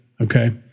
okay